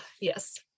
Yes